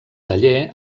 taller